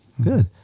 Good